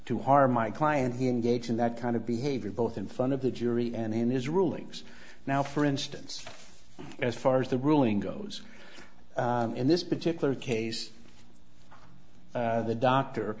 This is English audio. to harm my client he engaged in that kind of behavior both in front of the jury and in his rulings now for instance as far as the ruling goes in this particular case the doctor